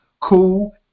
cool